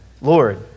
Lord